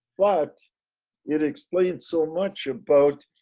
what it explains so much about